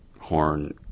horn